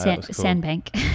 sandbank